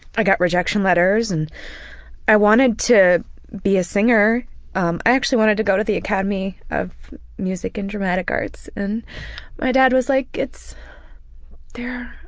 i got rejection letters and i wanted to be a singer, um i actually wanted to go to the academy of music and dramatic arts. and my dad was like there there are